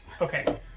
Okay